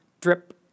Drip